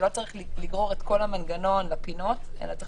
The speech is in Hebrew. שלא צריך לגרור את כל המנגנון לפינות אלא צריך